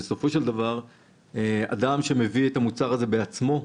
בסופו של דבר אדם שמביא את המוצר הזה בעצמו,